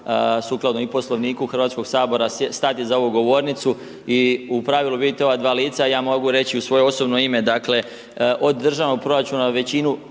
sukladno i Poslovniku Hrvatskog sabora stati za ovu govornicu. I u pravilu, vidite ova dva lica, ja mogu reći u svoje osobno ime, dakle od državnog proračuna većinu